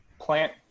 plant